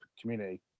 community